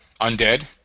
Undead